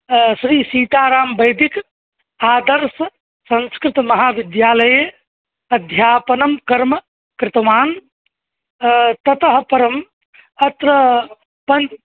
श्रीसीतारामवैदिक आदर्शसंस्कृतमहाविद्यालये अध्यापनं कर्म कृतवान् ततः परम् अत्र पन्